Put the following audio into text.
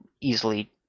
Easily